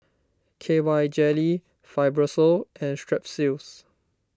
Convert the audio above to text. K Y Jelly Fibrosol and Strepsils